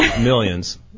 millions